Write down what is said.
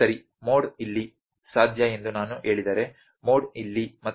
mode ಇಲ್ಲಿ ಸಾಧ್ಯ ಎಂದು ನಾನು ಹೇಳಿದರೆ ಮೋಡ್ ಇಲ್ಲಿ ಮತ್ತು ಇಲ್ಲಿ ಸಾಧ್ಯ